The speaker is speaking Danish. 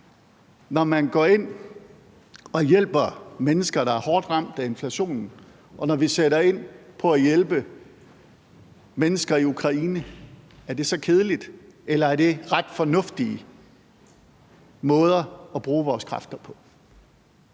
når vi går ind og hjælper mennesker, der er hårdt ramt af inflationen, og når vi sætter ind på at hjælpe mennesker i Ukraine, er kedeligt, eller om det er nogle ret fornuftige måder at bruge vores kræfter på.